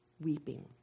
weeping